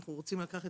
אנחנו רוצים לקחת